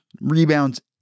rebounds